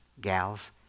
gals